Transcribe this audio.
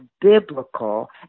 biblical